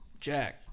Jack